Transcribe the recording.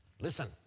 Listen